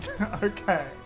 Okay